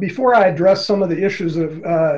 before i address some of the issues of